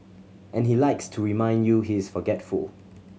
and he likes to remind you he is forgetful